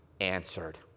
answered